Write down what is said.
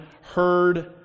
heard